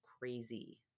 crazy